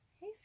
Hey